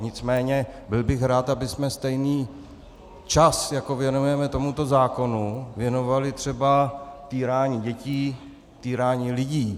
Nicméně byl bych rád, abychom stejný čas, jako věnujeme tomuto zákonu, věnovali třeba týrání dětí, týrání lidí.